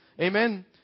Amen